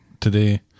today